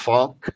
Funk